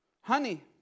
honey